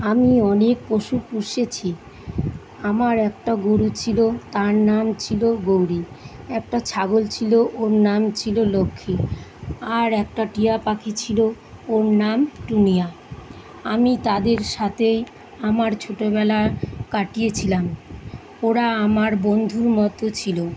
আমি অনেক পশু পুষেছি আমার একটা গরু ছিলো তার নাম ছিলো গৌরী একটা ছাগল ছিলো ওর নাম ছিলো লক্ষ্মী আর একটা টিয়া পাখি ছিলো ওর নাম টুনিয়া আমি তাদের সাথেই আমার ছোটোবেলা কাটিয়েছিলাম ওরা আমার বন্ধুর মতো ছিলো